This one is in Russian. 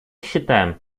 считаем